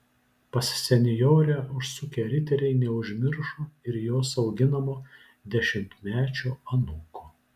pas senjorę užsukę riteriai neužmiršo ir jos auginamo dešimtmečio anūko